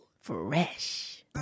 Fresh